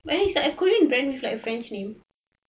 but it's a korean brand with like french name